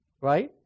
right